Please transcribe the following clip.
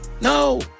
No